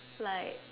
like